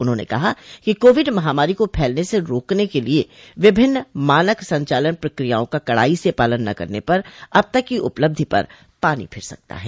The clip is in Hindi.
उन्होंने कहा कि कोविड महामारी को फैलने से रोकने के लिए विभिन्न मानक संचालन प्रक्रियाओं का कडाई से पालन न करने पर अब तक की उपलब्धि पर पानी फिर सकता है